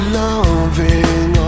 loving